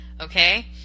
okay